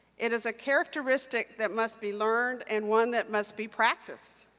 it is a characteristic that must be learned and one that must be practiced.